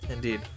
Indeed